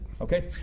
Okay